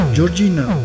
Georgina